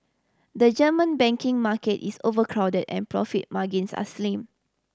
the German banking market is overcrowded and profit margins are slim